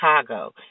Chicago